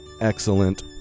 excellent